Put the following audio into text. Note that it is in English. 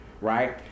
right